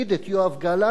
את יואב גלנט,